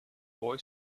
boy